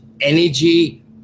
energy